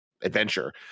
adventure